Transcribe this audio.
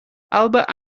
albert